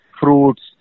fruits